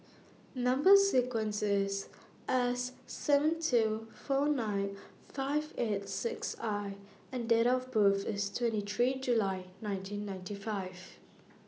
Number sequence IS S seven two four nine five eight six I and Date of birth IS twenty three July nineteen ninety five